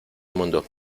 mundo